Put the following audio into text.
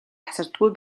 тасардаггүй